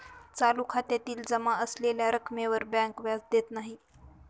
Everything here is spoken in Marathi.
चालू खात्यातील जमा असलेल्या रक्कमेवर बँक व्याज देत नाही